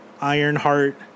Ironheart